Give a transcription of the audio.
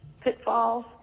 pitfalls